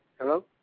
hello